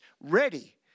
ready